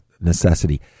necessity